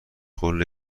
قله